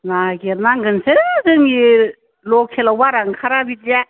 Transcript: नागेरनांगोनसो जोंनि लखेलाव बारा ओंखारा बिदिया